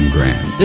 Grand